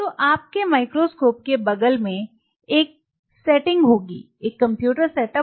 तो आपके माइक्रोस्कोप के बगल में एक सेटिंग होगी एक कंप्यूटर सेटअप